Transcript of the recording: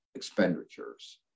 expenditures